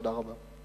תודה רבה.